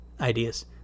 ideas